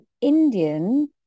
Indian